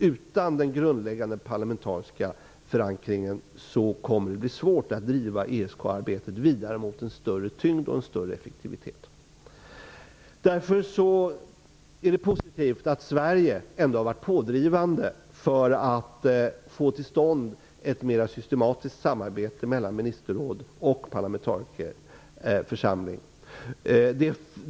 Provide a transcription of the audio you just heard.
Utan den grundläggande parlamentariska förankringen kommer det att bli svårt att driva ESK-arbetet vidare mot större tyngd och effektivitet. Därför är det positivt att Sverige ändå har varit pådrivande i att få till stånd ett mer systematiskt samarbete mellan ministerråd och parlamentarikerförsamling.